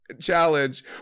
challenge